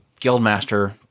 Guildmaster